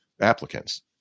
applicants